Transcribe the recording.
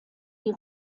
die